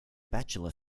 bachelor